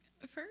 first